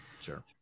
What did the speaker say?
Sure